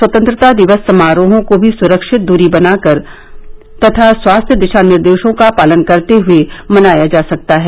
स्वतंत्रता दिवस समारोहों को भी सुरक्षित दूरी बनाए रखकर तथा स्वास्थ्य दिशा निर्देशों का पालन करते हए मनाया जा सकता है